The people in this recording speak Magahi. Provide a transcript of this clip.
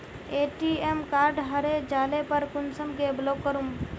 ए.टी.एम कार्ड हरे जाले पर कुंसम के ब्लॉक करूम?